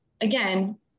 again